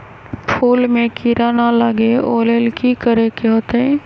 फूल में किरा ना लगे ओ लेल कि करे के होतई?